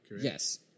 Yes